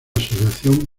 asociación